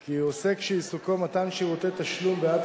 כי עוסק שעיסוקו מתן שירותי תשלום בעד